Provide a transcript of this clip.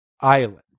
island